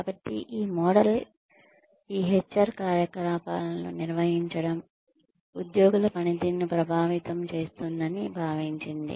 కాబట్టి ఈ మోడల్ ఈ హెచ్ ఆర్ కార్యకలాపాలను నిర్వహించడం ఉద్యోగుల పనితీరును ప్రభావితం చేస్తుందని భావించింది